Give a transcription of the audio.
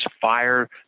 fire